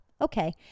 okay